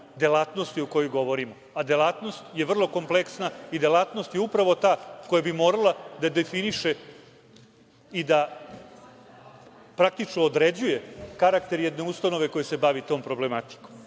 delatnosti o kojoj govorimo, a delatnost je vrlo kompleksna i delatnost je upravo ta koja bi morala da definiše i da praktično određuje karakter jedne ustanove koja se bavi tom problematikom. Neophodno